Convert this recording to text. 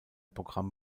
programm